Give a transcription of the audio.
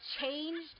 changed